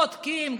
בודקים,